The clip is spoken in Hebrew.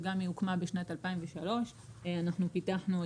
שגם היא הוקמה בשנת 2003. יחיאל,